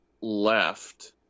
left